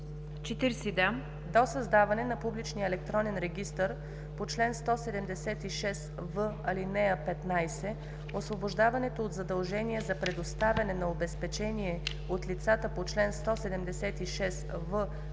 „40. До създаване на публичния електронен регистър по чл. 176в, ал. 15, освобождаването от задължение за предоставяне на обезпечение от лицата по чл. 176в, ал. 14